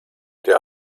der